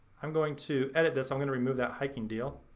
i'm going to edit this. i'm gonna remove that hiking deal.